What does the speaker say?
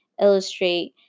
illustrate